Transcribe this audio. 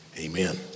amen